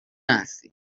هستیم